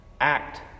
Act